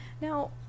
Now